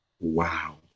wow